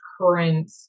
current